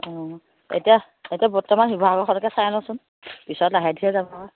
অঁ এতিয়া এতিয়া বৰ্তমান শিৱসাগৰখনকে চাই আহোচোন পিছত লাহে দিহে যাব আকৌ